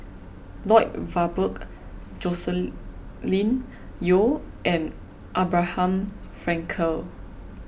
Lloyd Valberg Joscelin Yeo and Abraham Frankel